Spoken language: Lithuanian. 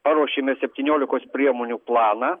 paruošėme septyniolikos priemonių planą